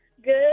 Good